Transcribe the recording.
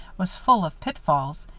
was full of pitfalls,